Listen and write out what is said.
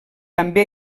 també